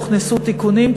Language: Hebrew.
הוכנסו תיקונים,